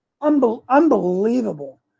Unbelievable